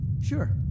sure